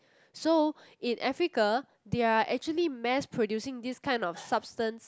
so in Africa they are actually mass producing this kind of substance